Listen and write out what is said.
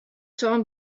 torn